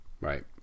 Right